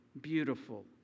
beautiful